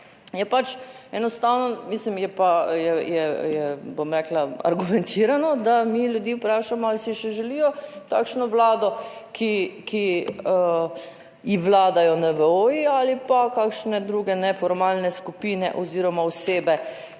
je pač enostavno. Mislim, je pa, bom rekla, argumentirano, da mi ljudi vprašamo, ali si še želijo takšno vlado, ki ji vladajo NVO-ji ali pa kakšne druge neformalne skupine oziroma osebe,